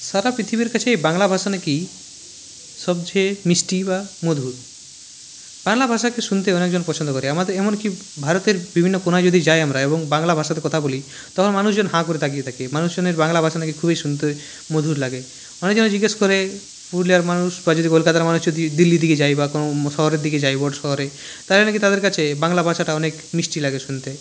সারা পৃথিবীর কাছেই বাংলা ভাষা নাকি সবচেয়ে মিষ্টি বা মধুর বাংলা ভাষাকে শুনতে অনেকে পছন্দ করে আমাদের এমনকি ভারতের বিভিন্ন কোণায় যদি যাই আমরা এবং বাংলাভাষাতে কথা বলি তখন মানুষজন হাঁ করে তাকিয়ে থাকে মানুষজনের বাংলা ভাষা নাকি খুবই শুনতে মধুর লাগে অনেকজনে জিজ্ঞেস করে পুরুলিয়ার মানুষ বা যদি কলকাতার মানুষ যদি দিল্লির দিকে যাই বা কোনো শহরের দিকে যাই বড়ো শহরে তাহলে নাকি তাদের কাছে বাংলা ভাষাটা অনেক মিষ্টি লাগে শুনতে